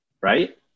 right